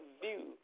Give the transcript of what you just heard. view